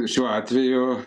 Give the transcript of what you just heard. šiuo atveju